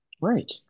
right